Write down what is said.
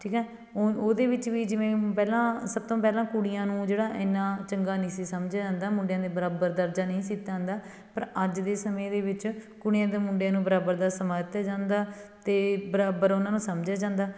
ਠੀਕ ਹੈ ਉਹ ਉਹਦੇ ਵਿੱਚ ਵੀ ਜਿਵੇਂ ਪਹਿਲਾਂ ਸਭ ਤੋਂ ਪਹਿਲਾਂ ਕੁੜੀਆਂ ਨੂੰ ਜਿਹੜਾ ਐਨਾ ਚੰਗਾ ਨਹੀਂ ਸੀ ਸਮਝਿਆ ਜਾਂਦਾ ਮੁੰਡਿਆਂ ਦੇ ਬਰਾਬਰ ਦਰਜਾ ਨਹੀਂ ਸੀ ਦਿੱਤਾ ਜਾਂਦਾ ਪਰ ਅੱਜ ਦੇ ਸਮੇਂ ਦੇ ਵਿੱਚ ਕੁੜੀਆਂ ਅਤੇ ਮੁੰਡਿਆਂ ਨੂੰ ਬਰਾਬਰ ਦਾ ਸਮਾਂ ਦਿੱਤਾ ਜਾਂਦਾ ਅਤੇ ਬਰਾਬਰ ਉਹਨਾਂ ਨੂੰ ਸਮਝਿਆ ਜਾਂਦਾ